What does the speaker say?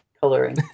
coloring